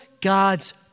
God's